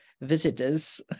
visitors